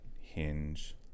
hinge